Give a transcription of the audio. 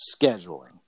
scheduling